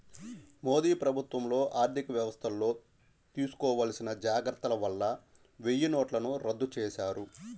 మోదీ ప్రభుత్వంలో ఆర్ధికవ్యవస్థల్లో తీసుకోవాల్సిన జాగర్తల వల్ల వెయ్యినోట్లను రద్దు చేశారు